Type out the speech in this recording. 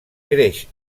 creix